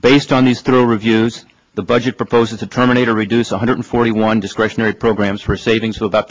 based on these through reviews the budget proposes a terminator reduce one hundred forty one discretionary programs for savings to about